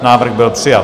Návrh byl přijat.